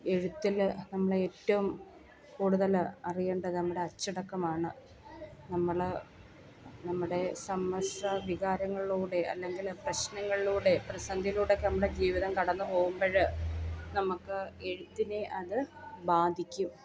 എഴുത്തിൽ നമ്മൾ ഏറ്റവും കൂടുതൽ അറിയേണ്ടത് നമ്മുടെ അച്ചടക്കമാണ് നമ്മൾ നമ്മുടെ സമ്മിശ്ര വികാരങ്ങളോടെ അല്ലെങ്കിൽ പ്രശ്നങ്ങളിലൂടെ പ്രസന്ധികളിലൂടെ ഒക്കെ നമ്മുടെ ജീവിതം കടന്ന് പോകുമ്പോൾ നമുക്ക് എഴുത്തിനെ അത് ബാധിക്കും